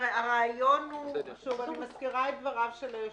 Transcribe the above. אני מזכירה את דבריו של היושב-ראש: